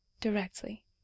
Directly